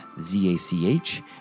Z-A-C-H